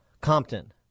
Compton